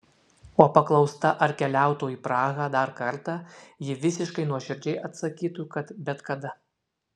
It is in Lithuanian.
o paklausta ar keliautų į prahą dar kartą ji visiškai nuoširdžiai atsakytų kad bet kada